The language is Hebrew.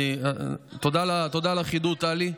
תודה על החידוד, טלי.